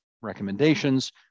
recommendations